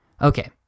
Okay